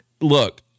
Look